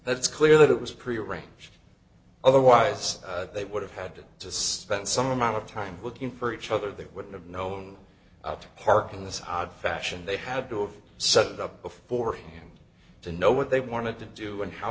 that's clear that it was prearranged otherwise they would have had to spend some amount of time looking for each other they wouldn't have known how to park in this high fashion they had to set it up beforehand to know what they wanted to do and how